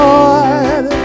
Lord